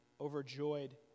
overjoyed